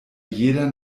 jeder